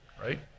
right